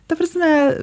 ta prasme